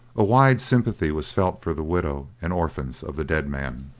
a wide sympathy was felt for the widow and orphans of the dead man,